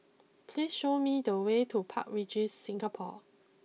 please show me the way to Park Regis Singapore